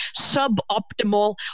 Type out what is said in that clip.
suboptimal